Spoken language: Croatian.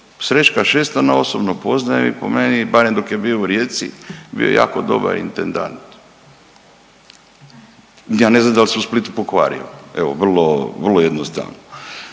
Srećka Šestana osobno poznajem i po meni, barem dok je bio u Rijeci, bio je jako dobar intendant. Ja ne znam da li se u Splitu pokvario, evo, vrlo, vrlo jednostavno.